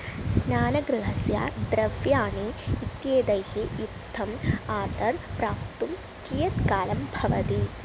स्नानगृहस्य द्रव्याणि इत्येतैः युक्तम् आर्डर् प्राप्तुं कियत् कालं भवति